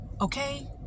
okay